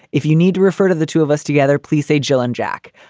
if you need to refer to the two of us together, please say jill and jack.